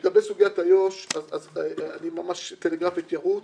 לגבי סוגית איו"ש אז אני ממש טלגרפית ירוץ